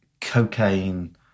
cocaine